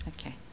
Okay